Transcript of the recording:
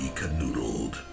canoodled